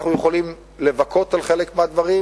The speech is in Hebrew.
אנחנו יכולים לבכות על חלק מהדברים,